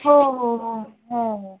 हो हो हो हो हो